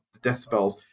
decibels